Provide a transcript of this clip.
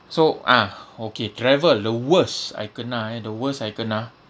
so ah okay travel the worst I kena eh the worst I kena